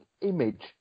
image